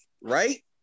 right